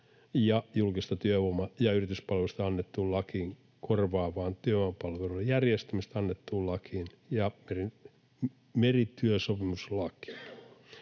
ja julkisesta työvoima- ja yrityspalvelusta annetun lain korvaavaan työvoimapalveluiden järjestämisestä annettuun lakiin ja merityösopimuslakiin.